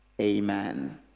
Amen